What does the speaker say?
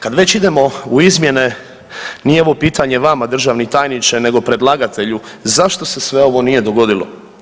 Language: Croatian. Kad već idemo u izmjene nije ovo pitanje vama državni tajniče nego predlagatelju, zašto se sve ovo nije dogodilo?